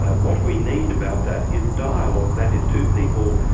what we need about that is a dialogue that is, two people,